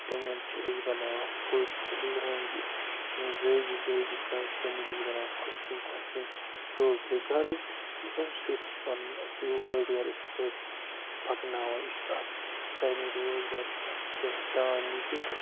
تِمَن چھِ أسۍ بَناوان فٔتۍ لونٛگہِ یِم زٲوجہِ زٲوجہِ کانہِ چھِ تِمو چھُس بَناوان خۄش وٕنۍ خۄش وٕنۍ ٹوکرِ غرض یہِ امہِ سۭتۍ تہِ چھُ پَنُن أسۍ روزگار أسۍ کٲشِرۍ پَکناوان یہِ چھِ اَکھ سانہِ روزگارٕچۍ اَکھ پہچان یہِ تہِ